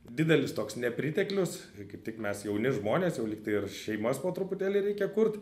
didelis toks nepriteklius kaip tik mes jauni žmonės jau lyg tai ir šeimas po truputėlį reikia kurt